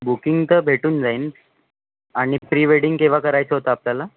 booking तर भेटून जाईल आणि प्री वेंडिंग केव्हा करायचं होतं आपल्याला